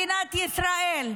אז תבינו, אזרחי מדינת ישראל,